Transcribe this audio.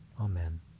Amen